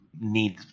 need